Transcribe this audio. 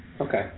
Okay